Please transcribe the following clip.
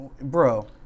Bro